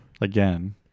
Again